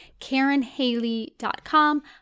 karenhaley.com